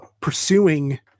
pursuing